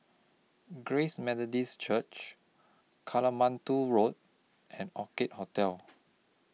Grace Methodist Church Katmandu Road and Orchid Hotel